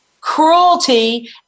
cruelty